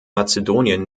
mazedonien